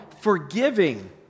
forgiving